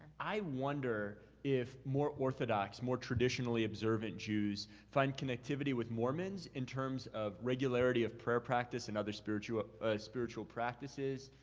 i wonder if more orthodox, more traditionally observant jews find connectivity with mormons in terms of regularity of prayer practice and other spiritual spiritual practices.